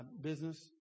business